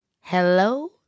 hello